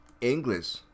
English